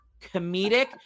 comedic